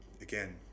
again